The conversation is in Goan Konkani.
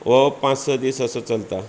हो पांच स दीस असो चलता